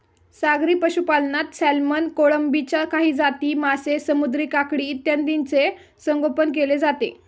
सागरी पशुपालनात सॅल्मन, कोळंबीच्या काही जाती, मासे, समुद्री काकडी इत्यादींचे संगोपन केले जाते